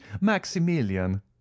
maximilian